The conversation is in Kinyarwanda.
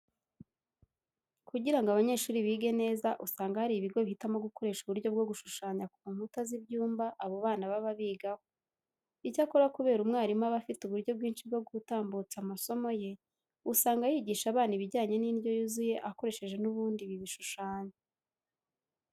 Kugira ngo abanyeshuri bige neza usanga hari ibigo bihitamo gukoresha uburyo bwo gushushanya ku nkuta z'ibyumba abo bana baba bigaho. Icyakora kubera ko umwarimu aba afite uburyo bwinshi bwo gutambutsamo amasomo ye, usanga yigisha abana ibijyanye n'indyo yuzuye akoresheje n'ubundi ibi bishushanyo.